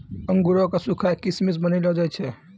अंगूरो क सुखाय क किशमिश बनैलो जाय छै